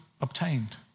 obtained